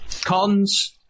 Cons